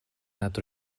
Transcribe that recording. над